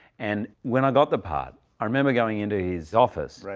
and when i got the part, i remember going in to his office.